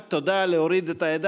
בעניין הכרזה על מצב חירום נתקבלה.